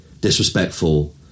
disrespectful